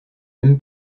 même